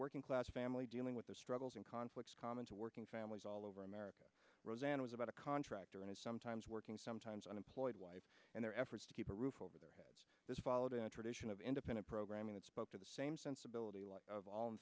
working class family dealing with the struggles and conflicts common to working families all over america roseanne was about a contractor and sometimes working sometimes unemployed wife and their efforts to keep a roof over their heads this followed a tradition of independent programming that spoke to the same sensibility of all